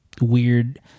weird